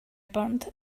burned